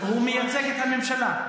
הוא מייצג את הממשלה.